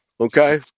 Okay